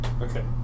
Okay